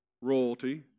royalty